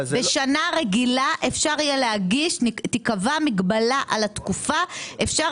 בשנה רגילה תקבע מגבלה על התקופה ויהיה אפשר